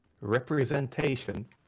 representation